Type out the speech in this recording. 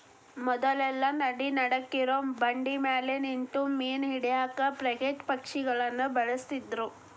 ಮೊದ್ಲೆಲ್ಲಾ ನದಿ ನಡಕ್ಕಿರೋ ಬಂಡಿಮ್ಯಾಲೆ ನಿಂತು ಮೇನಾ ಹಿಡ್ಯಾಕ ಫ್ರಿಗೇಟ್ ಪಕ್ಷಿಗಳನ್ನ ಬಳಸ್ತಿದ್ರು